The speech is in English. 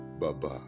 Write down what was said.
Bye-bye